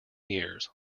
years